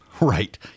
Right